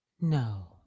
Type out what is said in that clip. No